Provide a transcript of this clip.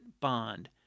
bond